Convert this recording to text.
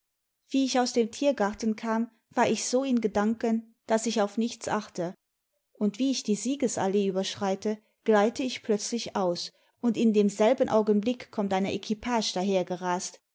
wie ich aus dem tiergarten kam war ich so in gedanken daß ich auf nichts achte und wie ich die siegesallee überschreite gleite ich plötzlich aus und in demselben augenblick kommt eine equipage